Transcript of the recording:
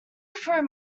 through